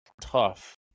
tough